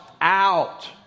out